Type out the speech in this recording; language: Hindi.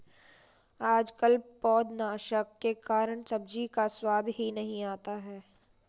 आजकल पौधनाशक के कारण सब्जी का स्वाद ही नहीं आता है